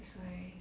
that's why